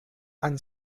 and